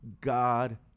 God